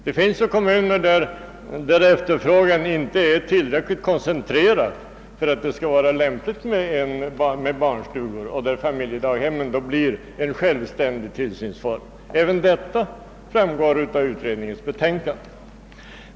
Det finns kommuner där efterfrågan inte är tillräckligt koncentrerad för att det skall vara lämpligt med barnstugor och där familjedaghemmen då blir en självständig. tillsynsform. Också detta framgår av utredningens betänkande.